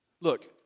Look